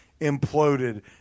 imploded